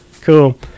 Cool